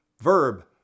Verb